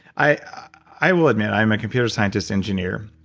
i i will admit, i'm a computer scientist engineer.